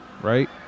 right